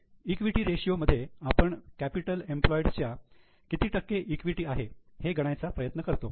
equity ratio मध्ये आपण capital employed च्या किती टक्के इक्विटी आहे हे गणायचा प्रयत्न करतो